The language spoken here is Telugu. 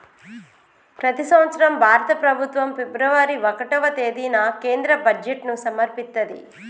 ప్రతి సంవత్సరం భారత ప్రభుత్వం ఫిబ్రవరి ఒకటవ తేదీన కేంద్ర బడ్జెట్ను సమర్పిత్తది